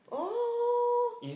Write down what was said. oh